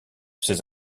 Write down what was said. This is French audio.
ces